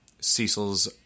Cecil's